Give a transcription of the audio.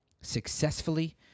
successfully